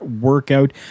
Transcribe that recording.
workout